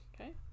Okay